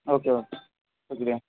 okay okay شکریہ